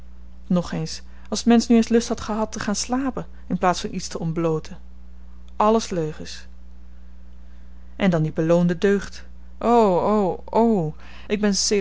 nog eens als t mensch nu eens lust had gehad te gaan slapen in plaats van iets te ontblooten alles leugens en dan die beloonde deugd o o o ik ben